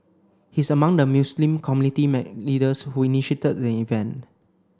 he is among the Muslim community leaders who initiated the event